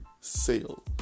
sale